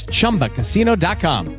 ChumbaCasino.com